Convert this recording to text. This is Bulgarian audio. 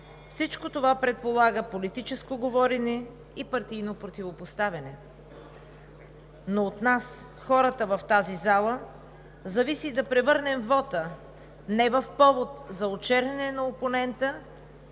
Всичко това предполага политическо говорене и партийно противопоставяне, но от нас – хората в тази зала, зависи да превърнем вота не в повод за очерняне на опонента